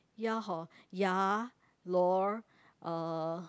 ya hor ya lor uh